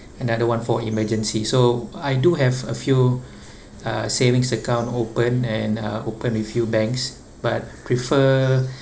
another one for emergency so I do have a few uh savings account open and uh open with few banks but prefer